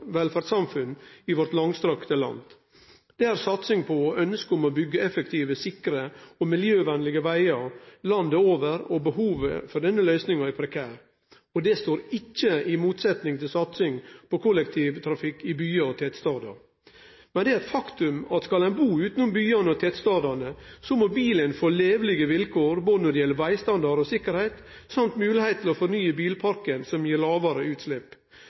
velferdssamfunn i vårt langstrakte land. Det er satsing på og ønsket om å byggje effektive, sikre og miljøvenlege vegar landet over, og behovet for ei løysing er prekært. Det står ikkje i motsetnad til satsing på kollektivtrafikk i byar og tettstader. Men det er eit faktum at skal ein kunne bu utanom byane og tettstadene, må bilen få levelege vilkår både når det gjeld vegstandard og sikkerheit, og at ein må få moglegheit til å fornye bilparken, som vil gi lågare utslepp.